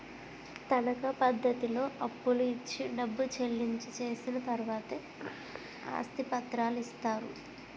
తనకా పద్ధతిలో అప్పులు ఇచ్చి డబ్బు చెల్లించి చేసిన తర్వాతే ఆస్తి పత్రాలు ఇస్తారు